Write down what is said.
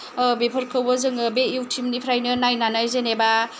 बेफोरखौबो जोङो बे युटुबनिफ्रायनो नायनानै जेनेबा